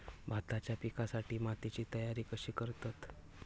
भाताच्या पिकासाठी मातीची तयारी कशी करतत?